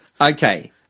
Okay